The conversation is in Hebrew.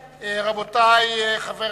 רבותי, חבר